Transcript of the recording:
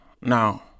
Now